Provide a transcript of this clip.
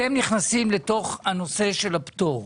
אתם נכנסים לתוך נושא של הפטור.